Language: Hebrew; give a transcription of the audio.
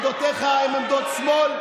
עמדותיך הן עמדות שמאל,